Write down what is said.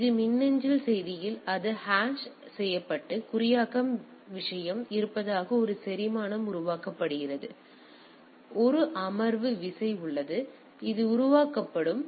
எனவே இது மின்னஞ்சல் செய்தியில் அது ஹேஷ் செய்யப்பட்டு குறியாக்க விஷயம் இருப்பதாக ஒரு செரிமானம் உருவாக்கப்படுகிறது இது உருவாக்கப்படும்